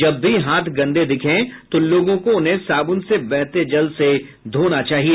जब भी हाथ गंदे दिखें तो लोगों को उन्हें साबुन से बहते जल से धोना चाहिए